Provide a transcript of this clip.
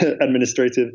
administrative